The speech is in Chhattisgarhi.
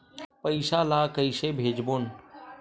पईसा ला कइसे भेजबोन?